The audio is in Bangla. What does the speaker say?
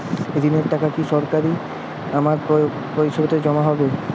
ঋণের টাকা কি সরাসরি আমার পাসবইতে জমা হবে?